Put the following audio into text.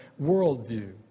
worldview